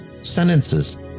sentences